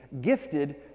gifted